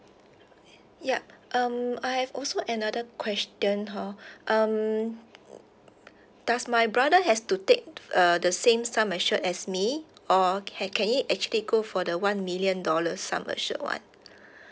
yup um I have also another question hor um does my brother has to take uh the same sum assured as me or can can he actually go for the one million dollars sum assured one